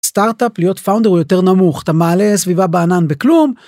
סטארטאפ להיות פאונדר יותר נמוך אתה מעלה סביבה בענן בכלום.